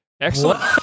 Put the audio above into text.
excellent